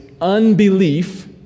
unbelief